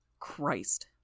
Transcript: Christ